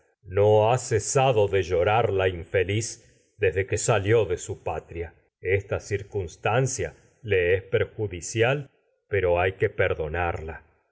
no ha cesado de llorar ás t raqui nias la infeliz desde cia que salió de pero su patria esta circunstan le es perjudicial hay que perdonarla